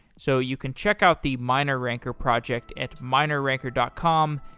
so you can check out the mineranker project at mineranker dot com.